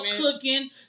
cooking